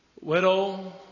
Widow